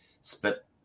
spit